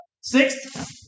sixth